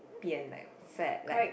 be and like fat like